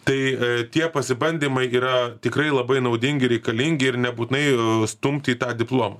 tai tie pasibandymai yra tikrai labai naudingi reikalingi ir nebūtinai stumti į tą diplomą